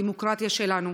הדמוקרטיה שלנו.